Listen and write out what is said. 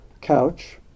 couch